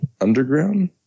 underground